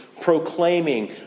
proclaiming